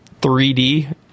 3d